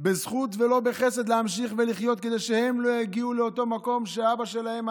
בזכות ולא בחסד להמשיך ולחיות כדי שהם לא יגיעו לאותו מקום שאבא שלהם,